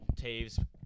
Taves